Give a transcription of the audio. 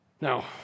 Now